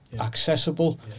accessible